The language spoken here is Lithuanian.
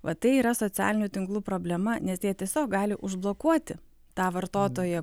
va tai yra socialinių tinklų problema nes jie tiesiog gali užblokuoti tą vartotoją